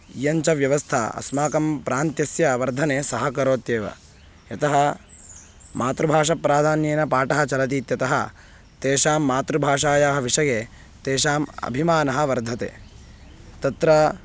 इयञ्च व्यवस्था अस्माकं प्रान्तस्य वर्धने सहकरोत्येव यतः मातृभाषा प्राधान्येन पाठः चलतीत्यतः तेषां मातृभाषायाः विषये तेषाम् अभिमानः वर्धते तत्र